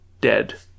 Dead